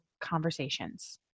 conversations